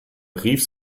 rief